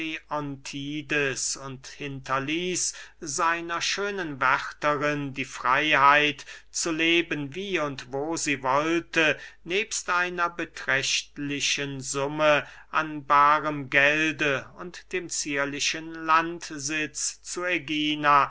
und hinterließ seiner schönen wärterin die freyheit zu leben wie und wo sie wollte nebst einer beträchtlichen summe an baarem gelde und dem zierlichen landsitz zu ägina